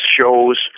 shows